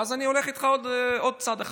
ואז אני הולך איתך עוד צעד אחד,